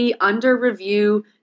under-review